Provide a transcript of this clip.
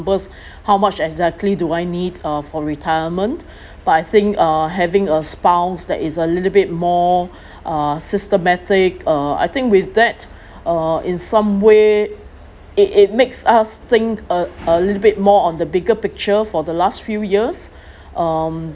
was how much exactly do I need uh for retirement but I think uh having a spouse that is a little bit more uh systematic uh I think with that uh in some way it it makes us think uh a little bit more on the bigger picture for the last few years um